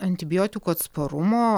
antibiotikų atsparumo